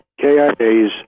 KIAs